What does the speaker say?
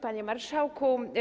Panie Marszałku!